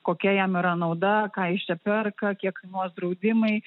kokia jam yra nauda ką jis čia perka kiek kainuos draudimai